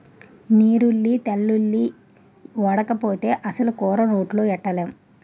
నీరుల్లి తెల్లుల్లి ఓడకపోతే అసలు కూర నోట్లో ఎట్టనేం